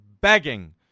begging